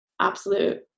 absolute